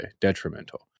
Detrimental